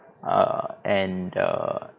err and err